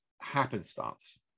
happenstance